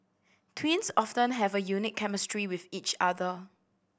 twins often have a unique chemistry with each other